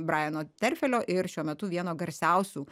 brajano terfelio ir šiuo metu vieno garsiausių